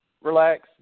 relax